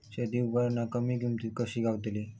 शेती उपकरणा कमी किमतीत कशी गावतली?